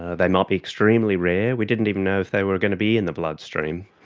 they might be extremely rare. we didn't even know if they were going to be in the bloodstream.